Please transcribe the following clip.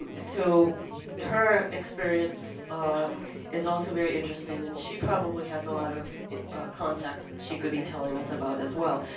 so her experience ah is also very interesting, and she probably has a lot of contacts that she could be telling us about as well.